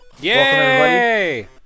yay